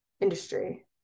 industry